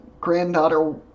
granddaughter